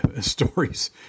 stories